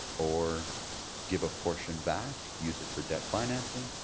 or give a portion back, use it for debt financing.